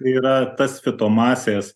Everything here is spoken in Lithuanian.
yra tas fito masės